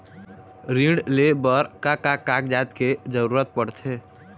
ऋण ले बर का का कागजात के जरूरत पड़थे?